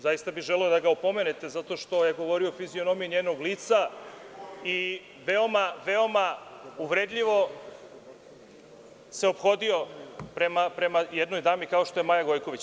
Zaista bih želeo da ga opomenete, zato što je govorio o fizionomiji njenog lica i veoma uvredljivo se ophodio prema jednoj dami kao što je Maja Gojković.